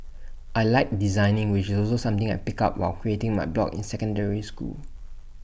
I Like designing which is also something I picked up while creating my blog in secondary school